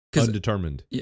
undetermined